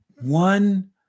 one